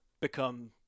become